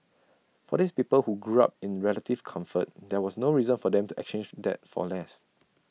for these people who grew up in relative comfort there was no reason for them to exchange for that for less